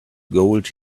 gold